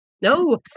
No